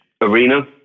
arena